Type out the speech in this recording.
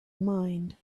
mind